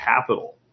capital